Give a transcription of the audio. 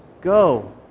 Go